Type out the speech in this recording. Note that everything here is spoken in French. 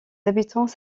habitants